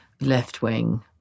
left-wing